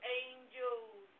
angels